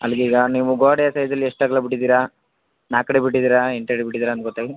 ಅಲ್ಲಿಗೀಗ ನೀವು ಗೋಡೆ ಸೈಜಲ್ಲಿ ಎಷ್ಟು ಅಗಲ ಬಿಟ್ಟಿದ್ದೀರಾ ನಾಲ್ಕಡಿ ಬಿಟ್ಟಿದ್ದೀರಾ ಎಂಟಡಿ ಬಿಟ್ಟಿದ್ದೀರಾ ಅಂತ ಗೊತ್ತಾಗಿ